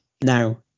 now